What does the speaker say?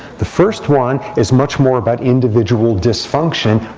the first one is much more about individual dysfunction